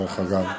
דרך אגב.